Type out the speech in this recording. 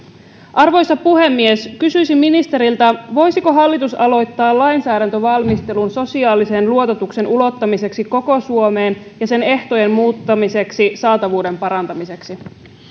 arvoisa puhemies kysyisin ministeriltä voisiko hallitus aloittaa lainsäädäntövalmistelun sosiaalisen luototuksen ulottamisesta koko suomeen ja sen ehtojen muuttamisesta sen saatavuuden parantamiseksi